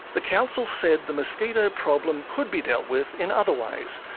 the council said the mosquito problem could be dealt with in other ways,